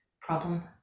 problem